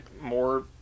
more